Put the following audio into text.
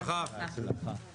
הישיבה ננעלה בשעה 11:33.